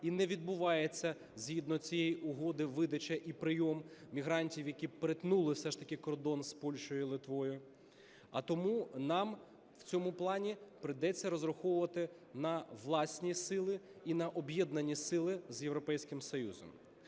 і не відбувається згідно цієї угоди видача і прийом мігрантів, які переткнули все ж таки кордон з Польщею і Литвою. А тому нам у цьому плані прийдеться розраховувати на власні сили і на об'єднані сили з Європейським Союзом.